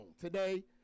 today